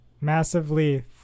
massively